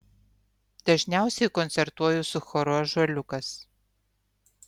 dažniausiai koncertuoju su choru ąžuoliukas